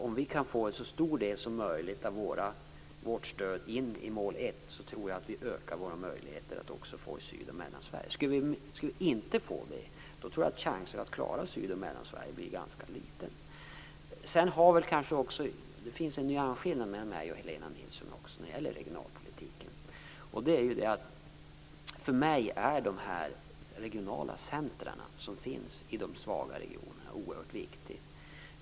Om vi kan få en så stor del som möjligt av vårt stöd in i mål 1 tror jag att vi ökar våra möjligheter att också få in Sydoch Mellansverige. Skulle vi inte få det tror jag att chansen att klara Syd och Mellansverige blir ganska liten. Det finns en nyansskillnad mellan mig och Helena Nilsson när det gäller regionalpolitiken. För mig är de regionala centrum som finns i de svaga regionerna oerhört viktiga.